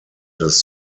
des